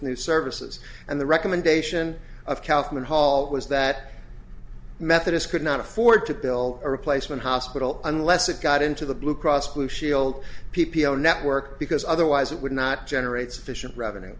new services and the recommendation of kathleen hall was that methodist could not afford to build a replacement hospital unless it got into the blue cross blue shield p p o network because otherwise it would not generate sufficient revenue